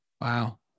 Wow